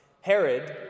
Herod